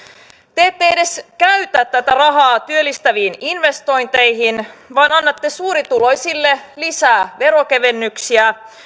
te ette edes käytä tätä rahaa työllistäviin investointeihin vaan annatte suurituloisille lisää veronkevennyksiä